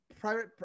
private